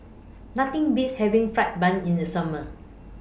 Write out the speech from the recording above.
Nothing Beats having Fried Bun in The Summer